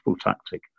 tactic